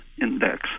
index